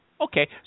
Okay